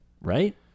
right